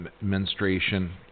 menstruation